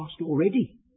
already